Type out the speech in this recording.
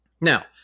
Now